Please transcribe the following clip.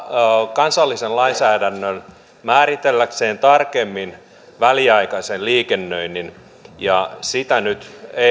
kansallisen lainsäädännön määritelläkseen tarkemmin väliaikaisen liikennöinnin ja sitä nyt